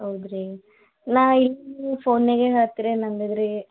ಹೌದು ರೀ ನಾ ಇನ್ನೂ ಫೋನಿನ್ಯಾಗ ಹೇಳ್ತಿರೇನು ಅಂದಿದ್ರಿ